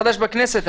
חדש בכנסת,